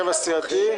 השם.